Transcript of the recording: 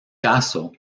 caso